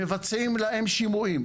מבצעים להם שימועים.